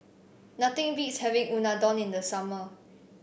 nothing beats having Unadon in the summer